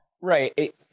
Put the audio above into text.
Right